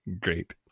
Great